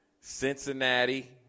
Cincinnati